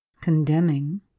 condemning